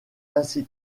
ainsi